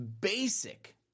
basic